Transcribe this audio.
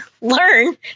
learn